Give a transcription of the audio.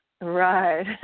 Right